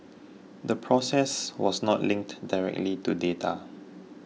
the process was not linked directly to data